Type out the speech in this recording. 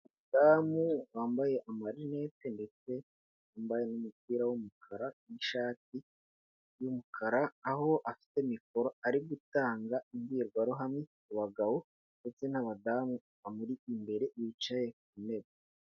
Umudamu wambaye amarinete ndetse yambaye n'umupira w'umukara n'ishati y'umukara, aho afite mikoro ari gutanga imbwirwaruhame ku bagabo ndetse n'abadamu bamuri imbere, bicaye ku ntebe.